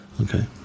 Okay